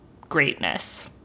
greatness